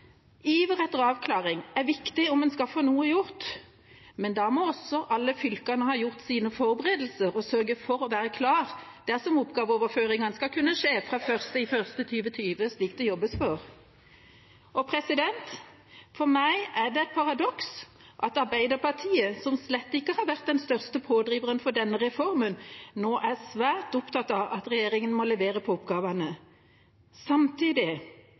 Iver etter avklaring er viktig om en skal få noe gjort, men da må også alle fylkene ha gjort sine forberedelser og sørge for å være klare dersom oppgaveoverføringene skal kunne skje fra 1. januar 2020, slik det jobbes for. For meg er det et paradoks at Arbeiderpartiet, som slett ikke har vært den største pådriveren for denne reformen, nå er svært opptatt av at regjeringa må levere på oppgavene. Samtidig